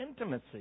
intimacy